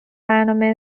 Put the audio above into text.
برنامه